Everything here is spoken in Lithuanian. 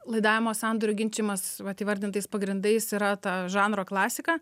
laidavimo sandorių ginčijimas vat įvardintais pagrindais yra ta žanro klasika